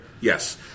Yes